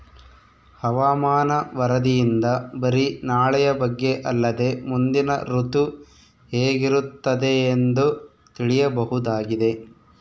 ಹವಾಮಾನ ವರದಿಯಿಂದ ಬರಿ ನಾಳೆಯ ಬಗ್ಗೆ ಅಲ್ಲದೆ ಮುಂದಿನ ಋತು ಹೇಗಿರುತ್ತದೆಯೆಂದು ತಿಳಿಯಬಹುದಾಗಿದೆ